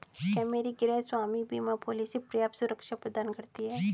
क्या मेरी गृहस्वामी बीमा पॉलिसी पर्याप्त सुरक्षा प्रदान करती है?